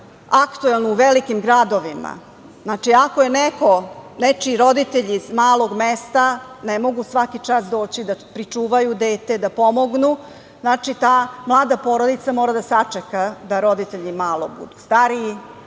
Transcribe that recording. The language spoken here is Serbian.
aktuelno u velikim gradovima. Znači, ako je nečiji roditelj iz malog mesta, ne mogu svaki čas doći da pričuvaju dete, da pomognu. Ta mlada porodica znači mora da sačeka da roditelji malo budu stariji,